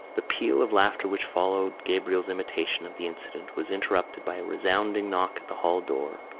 the peal of laughter which followed gabriel's imitation of the incident was interrupted by a resounding knock at the hall door.